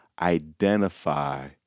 identify